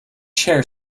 chair